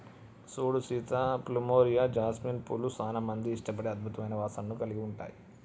సూడు Sita plumeria, jasmine పూలు సానా మంది ఇష్టపడే అద్భుతమైన వాసనను కలిగి ఉంటాయి